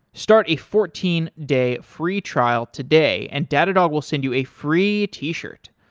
start a fourteen day free trial today and datadog will send you a free t-shirt.